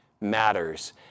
matters